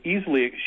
easily